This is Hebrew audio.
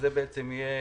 זה יהיה